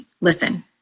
listen